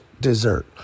dessert